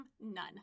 None